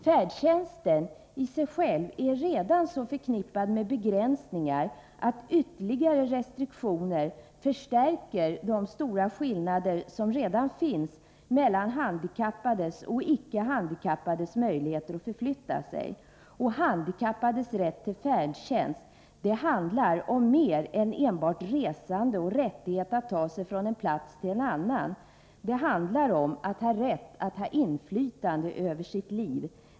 Färdtjänsten i sig själv är redan så förknippad med begränsningar, att ytterligare restriktioner förstärker de stora skillnäder som finns mellan handikappades och icke handikappades möjligheter att förflytta sig. Handikappades rätt till färdtjänst handlar om mer än enbart resande och möjlighet att ta sig från en plats till en annan. Det handlar om rätt till inflytande över sitt liv.